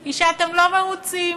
הוא שאתם לא מרוצים,